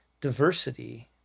diversity